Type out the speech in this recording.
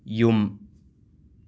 ꯌꯨꯝ